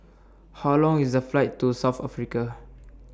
How Long IS The Flight to South Africa